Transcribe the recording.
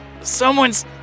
Someone's